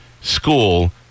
school